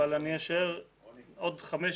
אבל אני אשאר עוד חמש,